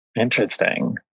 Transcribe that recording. interesting